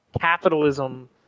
capitalism